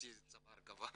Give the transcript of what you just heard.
חצי צבר כבר.